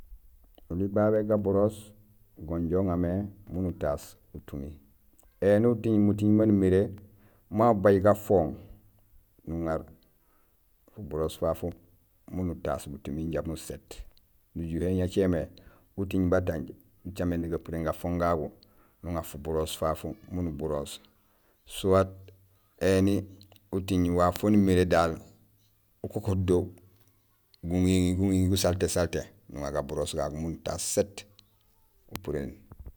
Oli babé gaburoos go inja uŋa mé miin utaas butumi. Éni uting muting maan umiré ma babaj gafooŋ, nuŋar fuburoos fafu miin utaas butumi jaraam buséét, nujuhé ñacémé uting batanj ucaméén gapuréén gafooŋ gagu, nuŋa fuburoos fafu miin uburoos soit éni uting waaf waan umiré daal ukokoot do guŋiŋi, guŋiŋi gusalté salté, nuŋa gaburoos gagu miin utaas séét nupuréén.